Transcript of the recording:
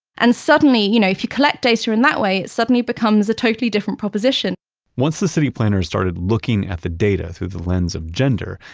and suddenly, you know if you collect data in that way, it suddenly becomes a totally different proposition once the city planners started looking at the data through the lens of gender,